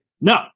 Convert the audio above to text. No